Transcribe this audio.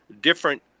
different